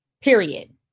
Period